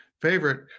favorite